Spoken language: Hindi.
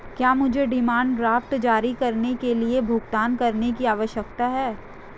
क्या मुझे डिमांड ड्राफ्ट जारी करने के लिए भुगतान करने की आवश्यकता है?